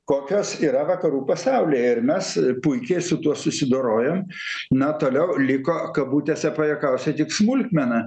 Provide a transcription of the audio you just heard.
kokios yra vakarų pasaulyje ir mes puikiai su tuo susidorojom na toliau liko kabutėse pajuokausiu tik smulkmena